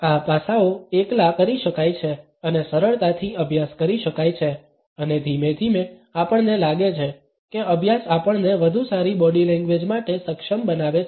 આ પાસાઓ એકલા કરી શકાય છે અને સરળતાથી અભ્યાસ કરી શકાય છે અને ધીમે ધીમે આપણને લાગે છે કે અભ્યાસ આપણને વધુ સારી બોડી લેંગ્વેજ માટે સક્ષમ બનાવે છે